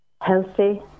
healthy